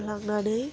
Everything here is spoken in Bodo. लांनानै